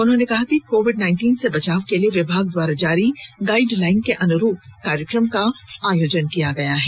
उन्होंने कहा कि कोविड से बचाव के लिए विभाग द्वारा जारी गाइडलाइन के अनुरूप कार्यक्रम का आयोजन किया गया है